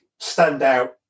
standout